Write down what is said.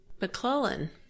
McClellan